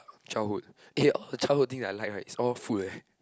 childhood eh all the childhood thing that I like right it's all food leh